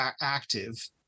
active